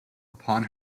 upon